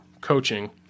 coaching